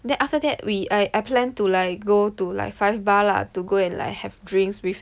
then after that we I I plan to like go to like five bar lah to go and like have drinks with